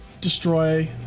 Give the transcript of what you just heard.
destroy